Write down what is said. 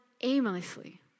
aimlessly